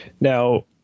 now